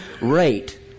rate